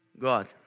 god